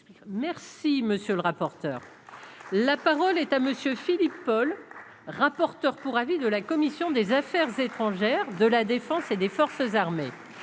Merci, monsieur le rapporteur, la parole est à monsieur Philippe Paul, rapporteur pour avis de la commission des Affaires étrangères de la Défense et des forces armées.